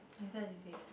oh is that this week